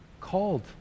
called